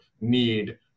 need